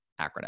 acronym